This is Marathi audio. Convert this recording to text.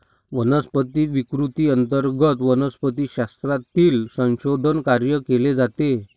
वनस्पती विकृती अंतर्गत वनस्पतिशास्त्रातील संशोधन कार्य केले जाते